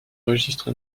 registre